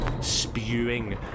spewing